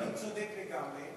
אדוני צודק לגמרי.